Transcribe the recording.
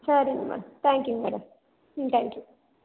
சரிங்க மேடம் தேங்க்யூங்க மேடம் ம் தேங்க் யூ